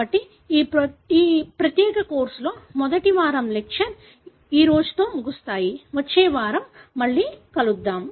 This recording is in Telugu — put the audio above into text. కాబట్టి ఈ ప్రత్యేక కోర్సులో మొదటి వారం లెక్చర్స్ చాలా వరకు ముగిసాయి వచ్చే వారం మళ్లీ కలుస్తాం